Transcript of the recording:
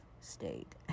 state